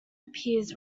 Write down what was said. appears